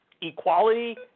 equality